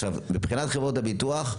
עכשיו, מבחינת חברות הביטוח,